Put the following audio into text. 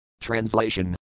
Translation